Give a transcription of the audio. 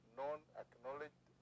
non-acknowledged